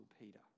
Peter